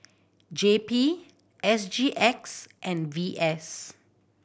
J P S GX and V S